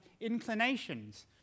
inclinations